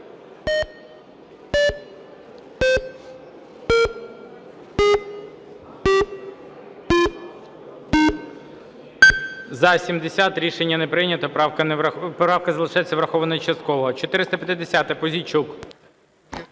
За-70 Рішення не прийнято. Правка залишається врахованою частково. 450-а, Пузійчук.